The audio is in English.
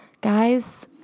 guys